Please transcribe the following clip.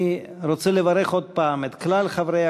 אני רוצה לברך עוד פעם את כלל חברי